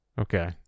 okay